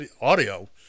audio